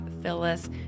Phyllis